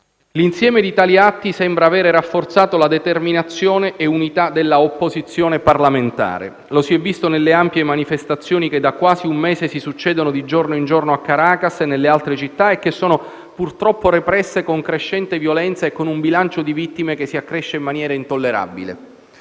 L'insieme di tali atti sembra aver rafforzato la determinazione e l'unità dell'opposizione parlamentare. E lo si è visto nelle ampie manifestazioni che, da quasi un mese, si succedono di giorno in giorno a Caracas e nelle altre città, che sono purtroppo represse con crescente violenza e con un bilancio di vittime che si accresce in maniera intollerabile.